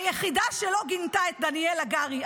היחידה שלא גינתה את דובר צה"ל דניאל הגרי,